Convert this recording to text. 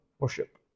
worship